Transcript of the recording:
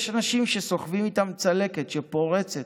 יש אנשים שסוחבים איתם צלקת שפורצת,